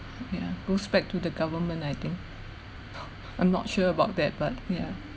ya goes back to the government I think I'm not sure about that but yeah